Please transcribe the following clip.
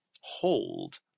hold